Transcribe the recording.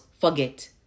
forget